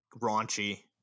raunchy